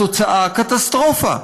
התוצאה, קטסטרופה.